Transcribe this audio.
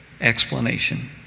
explanation